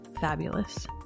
fabulous